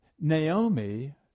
Naomi